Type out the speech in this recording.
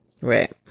Right